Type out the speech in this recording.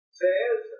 says